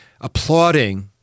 applauding